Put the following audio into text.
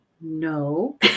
No